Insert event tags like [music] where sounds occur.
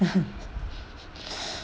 [laughs]